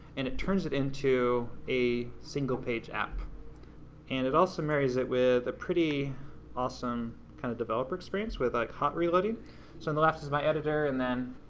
and it turns it into a single page app and it also marries it with a pretty awesome kind of developer experience with like hotreloading so on the left is my editor and then,